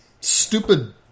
stupid